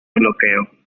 bloqueo